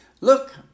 Look